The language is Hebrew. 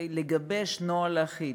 לגבש נוהל אחיד.